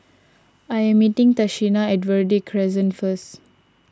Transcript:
I am meeting Tashina at Verde Crescent first